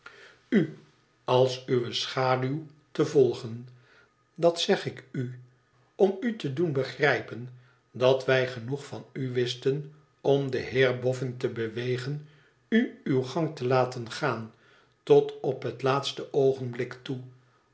als uwe schaduw te volgen dat zeg ik u om u te doen ingrijpen dat wij genoeg van u wisten om den heer boflin te bewegen u uw gang te laten gaan tot op het laatste oogenblik toe